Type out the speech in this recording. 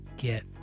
Get